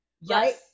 Yes